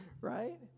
right